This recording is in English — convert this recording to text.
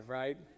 right